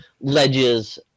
ledges